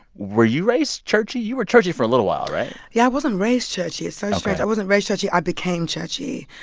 were you raised churchy? you were churchy for a little while. right? yeah, i wasn't raised churchy ok it's so strange. i wasn't raised churchy. i became churchy.